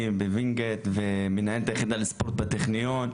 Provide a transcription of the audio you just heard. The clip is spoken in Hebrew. בווינגייט ומנהל את היחידה לספורט בטכניון,